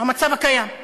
הוא לא יגיד "יהודית".